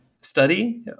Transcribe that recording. study